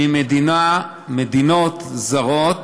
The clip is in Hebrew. ממדינה, מדינות זרות